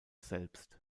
selbst